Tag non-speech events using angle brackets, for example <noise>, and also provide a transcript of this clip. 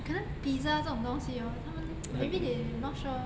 可能 pizza 这种东西哦他们 <noise> maybe they not sure